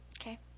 Okay